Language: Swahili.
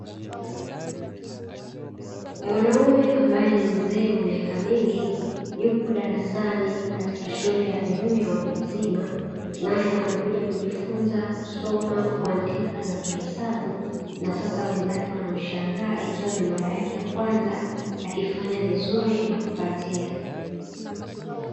Mwanaume ambaye ni mzee wa miaka mingi yupo darasani katika shule ya elimu ya watu wazima, naye amekuja kujifunza: kusoma, kuandika na kuhesabu; na sasa wenzake wanamshangaa ikiwa ni mara yake ya kwanza akifanya vizuri na kupatia.